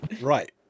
Right